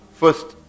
first